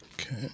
Okay